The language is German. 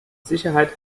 sicherheit